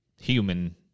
human